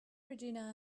regina